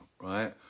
right